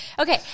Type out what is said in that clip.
Okay